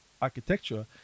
architecture